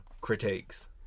critiques